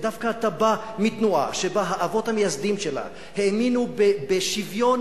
ודווקא אתה בא מתנועה שהאבות המייסדים שלה האמינו בשוויון